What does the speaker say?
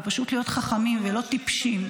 ופשוט להיות חכמים ולא טיפשים.